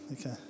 Okay